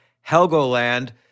Helgoland